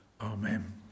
amen